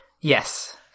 yes